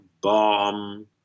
bomb